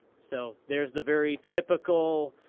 so there's the very typical,